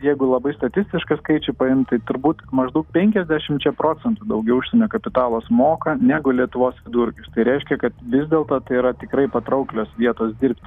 jeigu labai statistišką skaičių paimt tai turbūt maždaug penkiasdešimčia procentų daugiau užsienio kapitalas moka negu lietuvos vidurkis tai reiškia kad vis dėlto tai yra tikrai patrauklios vietos dirbti